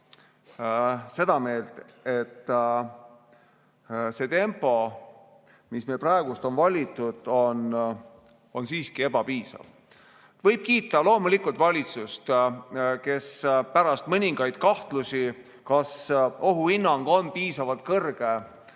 seda meelt, et see tempo, mis meil praegu on valitud, on siiski ebapiisav. Võib loomulikult kiita valitsust, kes pärast mõningaid kahtlusi, kas ohuhinnang on piisavalt kõrge,